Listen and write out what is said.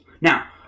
now